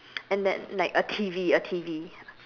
and then like a T_V a T_V